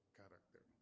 character